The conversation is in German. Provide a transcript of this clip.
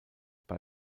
bei